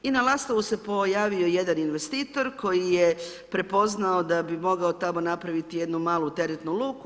I na Lastovu se pojavio jedan investitor, koji je prepoznao da bi mogao tamo napraviti jednu malu teretnu luku.